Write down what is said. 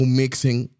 mixing